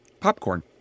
Popcorn